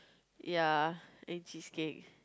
ya eat cheesecake